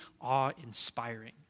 awe-inspiring